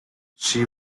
she